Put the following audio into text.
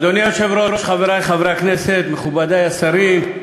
אדוני היושב-ראש, חברי חברי הכנסת, מכובדי השרים,